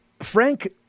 Frank